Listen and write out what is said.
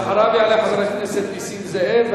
אחריו יעלה חבר הכנסת נסים זאב.